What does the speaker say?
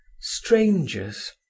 Strangers